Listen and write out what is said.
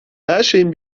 herşeyin